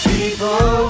People